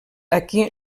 aquí